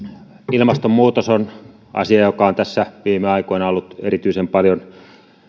ilmastonmuutos on asia joka on tässä viime aikoina ollut erityisen paljon